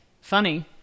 Funny